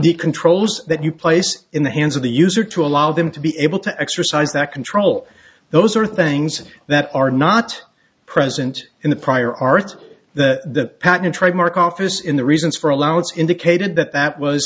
the controls that you place in the hands of the user to allow them to be able to exercise that control those are things that are not present in the prior art that patent trademark office in the reasons for allowance indicated that that was